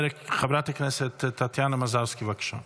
חברת הכנסת טטיאנה מזרסקי, בבקשה.